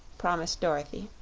promised dorothy.